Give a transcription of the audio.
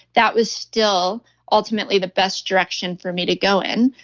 that was still ultimately the best direction for me to go in.